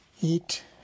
Eat